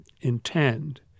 intend